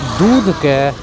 दूधके